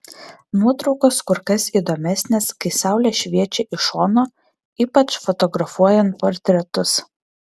nuotraukos kur kas įdomesnės kai saulė šviečia iš šono ypač fotografuojant portretus